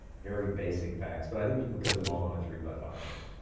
very basic facts. but i think you could put them all on a three by five card.